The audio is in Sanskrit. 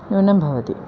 न्यूनं भवति